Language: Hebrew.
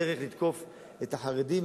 בדרך לתקוף את החרדים,